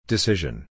Decision